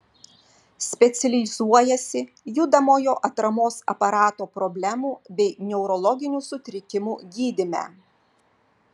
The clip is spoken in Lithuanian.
specializuojasi judamojo atramos aparato problemų bei neurologinių sutrikimų gydyme